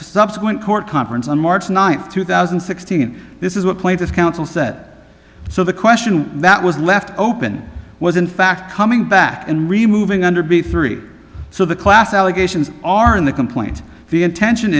subsequent court conference on march ninth two thousand and sixteen this is what point is counsel said so the question that was left open was in fact coming back and removing under b three so the class allegations are in the complaint the intention